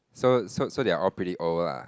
so so so they are all pretty old lah